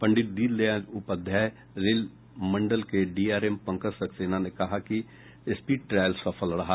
पंडित दीनदयाल उपाध्याय रेल मंडल के डीआरएम पंकज सक्सेना ने कहा कि स्पीड ट्रायल सफल रहा